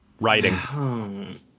writing